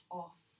off